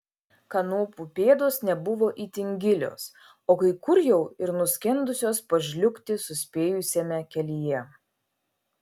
kanopų pėdos nebuvo itin gilios o kai kur jau ir nuskendusios pažliugti suspėjusiame kelyje